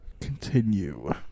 continue